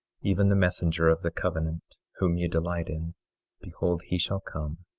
even the messenger of the covenant, whom ye delight in behold, he shall come,